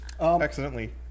accidentally